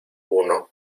uno